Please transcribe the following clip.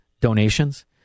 donations